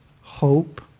hope